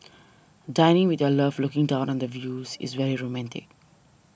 dining with your love looking down on the views is very romantic